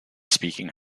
speaking